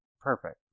perfect